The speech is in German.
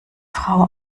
frau